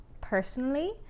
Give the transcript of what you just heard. personally